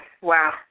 wow